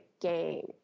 game